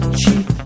cheap